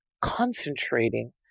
concentrating